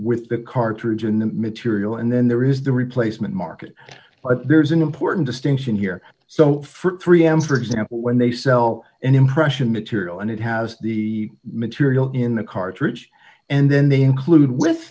with the cartridge in the material and then there is the replacement market but there's an important distinction here so for three m for example when they sell an impression material and it has the material in the cartridge and then they include with